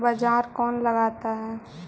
बाजार कौन लगाता है?